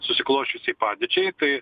susiklosčiusiai padėčiai tai